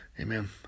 Amen